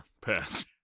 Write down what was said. pass